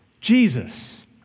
Jesus